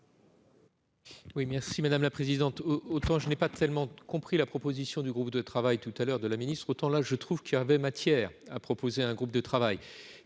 Oui merci madame la présidente, autrement je n'ai pas tellement compris la proposition du groupe de travail tout à l'heure de la ministre, autant là je trouve qu'il y avait matière à proposer un groupe de travail,